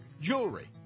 jewelry